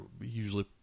usually